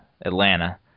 Atlanta